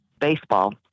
baseball